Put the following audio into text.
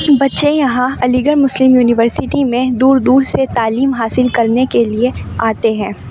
بچے یہاں Aligarh Muslim University میں دور دور سے تعلیم حاصل کرنے کے لیے آتے ہیں